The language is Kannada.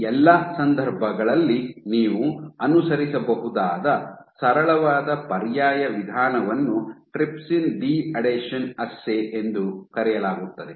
ಈ ಎಲ್ಲಾ ಸಂದರ್ಭಗಳಲ್ಲಿ ನೀವು ಅನುಸರಿಸಬಹುದಾದ ಸರಳವಾದ ಪರ್ಯಾಯ ವಿಧಾನವನ್ನು ಟ್ರಿಪ್ಸಿನ್ ಡಿಅಡೆಷನ್ ಅಸ್ಸೇ ಎಂದು ಕರೆಯಲಾಗುತ್ತದೆ